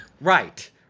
Right